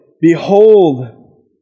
Behold